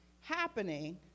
happening